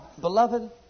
Beloved